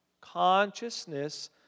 consciousness